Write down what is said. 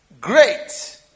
great